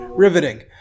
riveting